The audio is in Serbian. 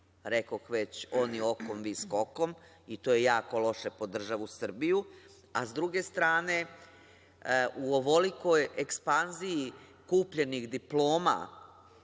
rekoh već – oni okom, vi skokom. To je jako loše po državu Srbiju.S druge strane, u ovolikoj ekspanziji kupljenih diploma,